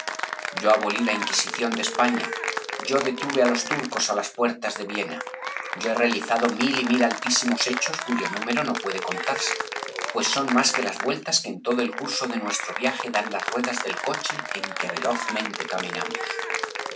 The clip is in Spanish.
yo abolí la inquisición de españa yo detuve á los turcos á las puertas de viena yo he realizado mil y mil altísimos hechos cuyo número no puede contarse pues son más que las vueltas que en todo el curso de nuestro viaje dan las ruedas del coche en que velozmente caminamos